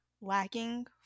lacking